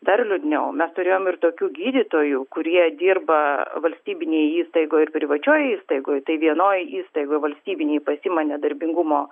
dar liūdniau mes turėjom ir tokių gydytojų kurie dirba valstybinėj įstaigoj ir privačioj įstaigoj tai vienoj įstaigoj valstybinėj pasiima nedarbingumo